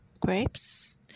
grapes